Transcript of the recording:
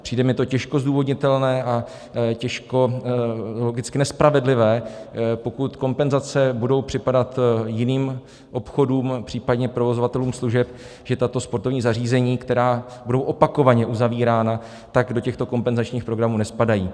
Přijde mi to těžko zdůvodnitelné a logicky nespravedlivé, pokud kompenzace budou připadat jiným obchodům, případně provozovatelům služeb, že tato sportovní zařízení, která budou opakovaně uzavírána, do těchto kompenzačních programů nespadají.